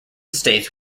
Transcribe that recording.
states